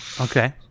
Okay